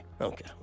Okay